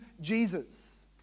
Jesus